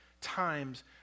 times